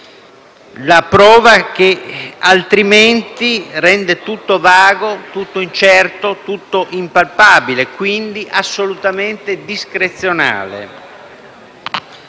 scambio, che altrimenti rende tutto vago, tutto incerto e tutto impalpabile e quindi assolutamente discrezionale.